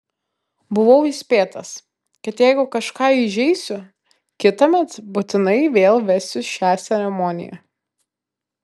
buvau įspėtas kad jeigu kažką įžeisiu kitąmet būtinai vėl vesiu šią ceremoniją